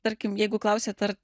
tarkim jeigu klausiat ar